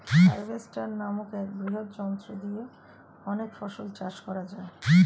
harvester নামক এক বৃহৎ যন্ত্র দিয়ে অনেক ফসল চাষ করা যায়